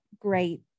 great